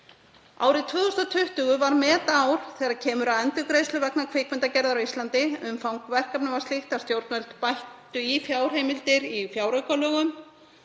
Árið 2020 var metár þegar kemur að endurgreiðslu vegna kvikmyndagerðar á Íslandi. Umfang verkefna var slíkt að stjórnvöld bættu í fjárheimildir í fjáraukalögum.